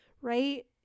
right